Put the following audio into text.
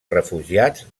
refugiats